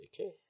Okay